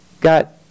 got